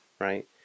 right